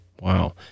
Wow